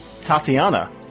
Tatiana